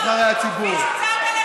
נבחרי הציבור.